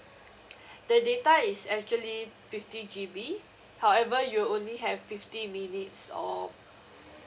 the data is actually fifty G_B however you only have fifty minutes of